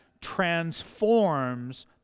transforms